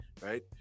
right